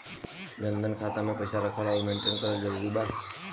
जनधन खाता मे पईसा रखल आउर मेंटेन करल जरूरी बा?